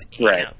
right